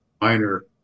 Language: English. minor